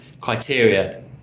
criteria